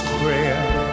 prayer